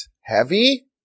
heavy